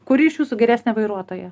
kuri iš jūsų geresnė vairuotoja